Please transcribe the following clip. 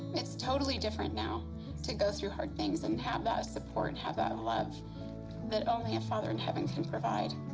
it's totally different now to go through hard things and have that support and have that love that only a father in heaven can provide.